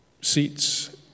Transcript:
seats